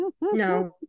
no